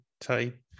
type